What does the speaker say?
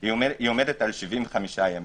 היא עומדת על 75 ימים,